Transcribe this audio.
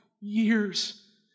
years